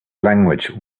language